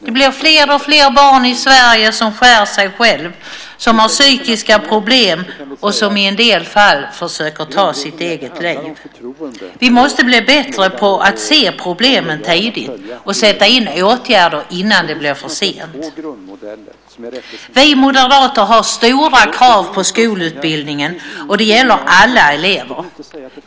Det blir fler och fler barn i Sverige som skär sig själva, som har psykiska problem och som i en del fall försöker ta sina egna liv. Vi måste bli bättre på att se problemen tidigt och sätta in åtgärder innan det är för sent. Vi moderater har stora krav på skolutbildningen, och det gäller alla elever.